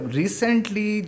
recently